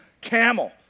camel